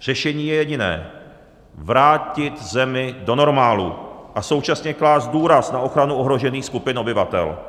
Řešení je jediné vrátit zemi do normálu a současně klást důraz na ochranu ohrožených skupin obyvatel.